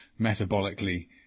metabolically